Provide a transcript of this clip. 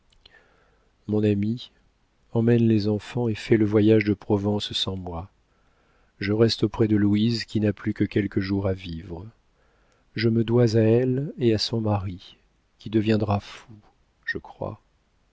mon ami emmène les enfants et fais le voyage de provence sans moi je reste auprès de louise qui n'a plus que quelques jours à vivre je me dois à elle et à son mari qui deviendra fou je crois